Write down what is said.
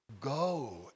go